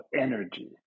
energy